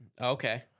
Okay